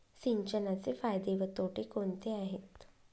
सिंचनाचे फायदे व तोटे कोणते आहेत?